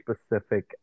specific